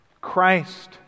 Christ